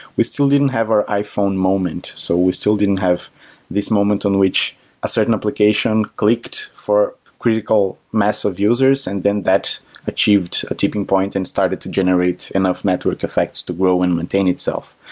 we still didn't have our iphone moment. so we still didn't have this moment on which a certain application clicked for critical mass of users and then that achieved a tipping point and started to generate enough network effects to grow and maintain itself.